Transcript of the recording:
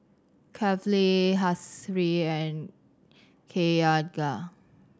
Kefli Hasif and Cahaya